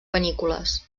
panícules